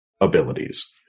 abilities